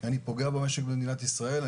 של מדינת ישראל.